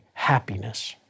happiness